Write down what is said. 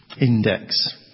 index